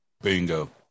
bingo